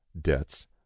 debts